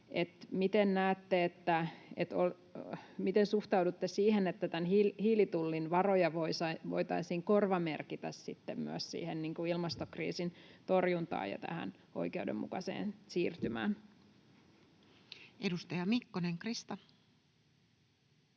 miten suhtaudutte siihen, että tämän hiilitullin varoja voitaisiin korvamerkitä sitten myös siihen ilmastokriisin torjuntaan ja tähän oikeudenmukaiseen siirtymään. Edustaja Mikkonen, Krista.